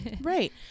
right